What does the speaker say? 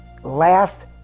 Last